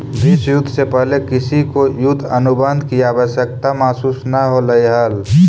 विश्व युद्ध से पहले किसी को युद्ध अनुबंध की आवश्यकता महसूस न होलई हल